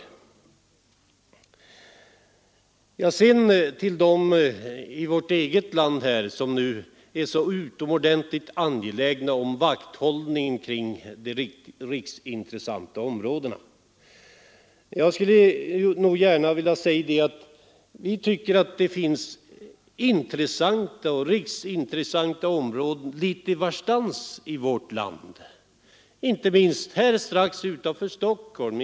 Så några ord till dem i vårt eget land som är så utomordentligt angelägna om vakthållningen kring de riksintressanta områdena. Vi tycker att det finns riksintressanta områden litet varstans i vårt land, inte minst strax utanför Stockholm.